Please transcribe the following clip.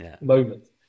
moment